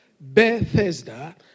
Bethesda